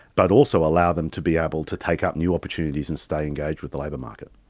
but also allow them to be able to take up new opportunities and stay engaged with the labour market.